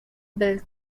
built